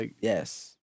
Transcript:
Yes